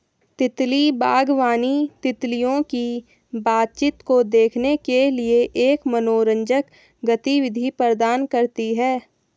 तितली बागवानी, तितलियों की बातचीत को देखने के लिए एक मनोरंजक गतिविधि प्रदान करती है